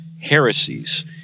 heresies